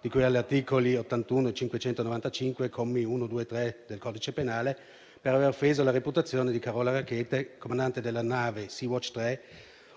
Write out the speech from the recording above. di cui agli articoli 81 e 595, commi 1, 2 e 3 del codice penale per aver offeso la reputazione di Carola Rackete, comandante della nave Sea Watch 3,